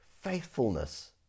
faithfulness